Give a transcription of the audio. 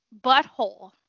butthole